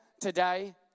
today